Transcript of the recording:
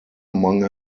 among